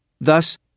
Thus